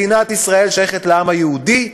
מדינת ישראל שייכת לעם היהודי,